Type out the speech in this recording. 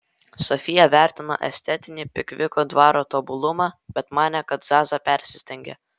sofija vertino estetinį pikviko dvaro tobulumą bet manė kad zaza persistengia